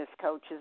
coaches